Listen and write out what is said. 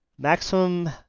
maximum